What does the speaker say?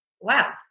wow